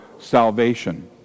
salvation